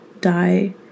die